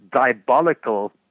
diabolical